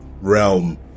realm